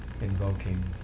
invoking